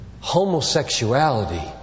homosexuality